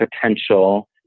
potential